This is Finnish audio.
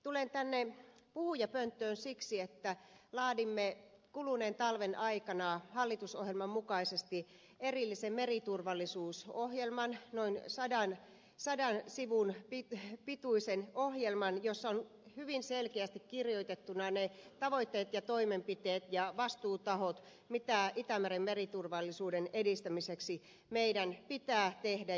tulen tänne puhujapönttöön siksi että laadimme kuluneen talven aikana hallitusohjelman mukaisesti erillisen meriturvallisuusohjelman noin sadan sivun pituisen ohjelman jossa on hyvin selkeästi kirjoitettuna ne tavoitteet ja toimenpiteet ja vastuutahot mitä itämeren meriturvallisuuden edistämiseksi meidän pitää tehdä